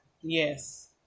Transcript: Yes